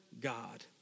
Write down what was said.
god